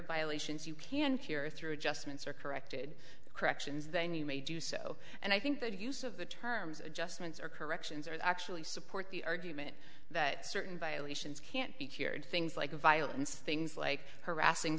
violations you can cure through just once or corrected corrections then you may do so and i think the use of the terms adjustments or corrections are actually support the argument that certain violations can't be cured things like violence things like harassing